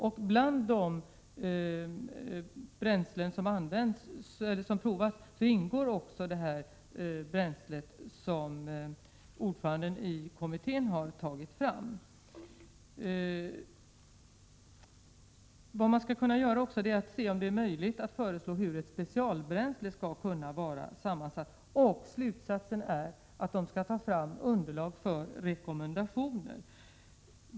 I de bränslen som provas ingår också det bränsle som ordföranden i kommittén har tagit fram. Man skall också kunna se om det är möjligt att föreslå hur ett specialbränsle skall vara sammansatt. Man skall ta fram underlag för rekommendationer.